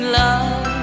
love